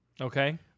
Okay